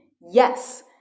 Yes